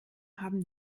haben